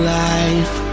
life